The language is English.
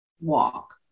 walk